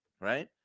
right